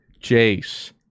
Jace